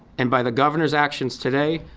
and by the governor's actions today,